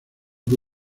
que